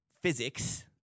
physics